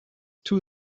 too